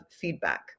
feedback